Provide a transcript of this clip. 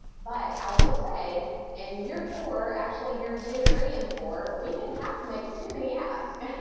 but i will say in year four, actually year two, three and four we didn't have to make too many ask.